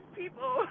people